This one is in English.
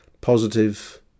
positive